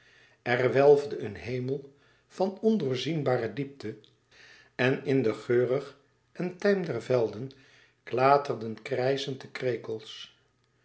er welfde een hemel van ondoorzienbare diepte en in den geurig en thijm der velden klaterden krijschend de krekels